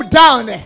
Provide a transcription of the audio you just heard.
down